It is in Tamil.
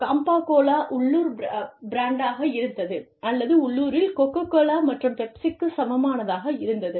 காம்பா கோலா உள்ளூர் பிராண்டாக இருந்தது அல்லது உள்ளுரில் கோக்கோ கோலா மற்றும் பெப்சிக்கு சமமானதாக இருந்தது